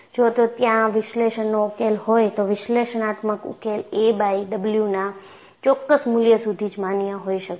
જો ત્યાં વિશ્લેષણનો ઉકેલ હોય તો વિષ્લેષણાત્મક ઉકેલ a બાય W ના ચોક્કસ મૂલ્ય સુધી જ માન્ય હોઈ શકે છે